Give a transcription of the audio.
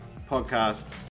podcast